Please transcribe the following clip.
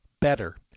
better